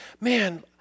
man